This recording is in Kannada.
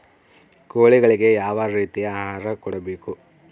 ಕೋಳಿಗಳಿಗೆ ಯಾವ ರೇತಿಯ ಆಹಾರ ಕೊಡಬೇಕು?